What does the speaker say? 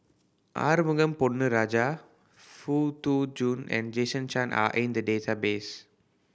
Arumugam Ponnu Rajah Foo Jun and Jason Chan are in the database